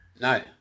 No